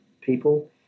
people